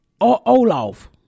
Olaf